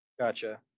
Gotcha